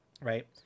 right